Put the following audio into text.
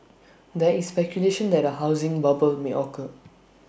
there is speculation that A housing bubble may occur